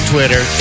Twitter